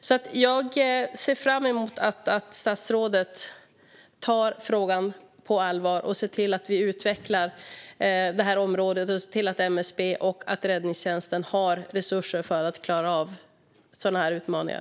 Jag ser därför fram emot att statsrådet tar frågan på allvar och ser till att vi utvecklar området så att MSB och räddningstjänsten har resurser för att klara av sådana här utmaningar.